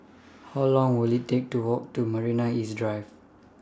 How Long Will IT Take to Walk to Marina East Drive